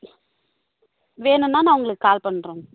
வேணும்னா நான் உங்களுக்கு கால் பண்ணுறேன்